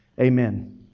Amen